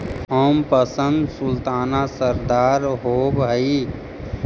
Thompson sultana रसदार होब हई